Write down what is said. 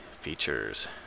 features